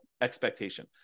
expectation